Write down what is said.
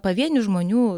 pavienių žmonių